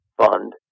fund